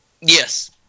Yes